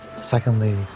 Secondly